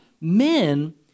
men